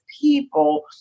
people